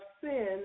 sin